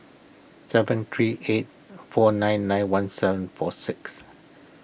seven three eight four nine nine one seven four six